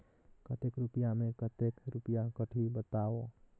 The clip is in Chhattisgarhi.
कतेक रुपिया मे कतेक रुपिया कटही बताव?